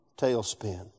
tailspin